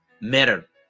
matter